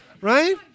Right